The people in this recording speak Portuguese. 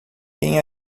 quem